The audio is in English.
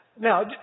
Now